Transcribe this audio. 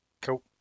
Cool